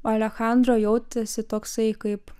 alechandro jautėsi toksai kaip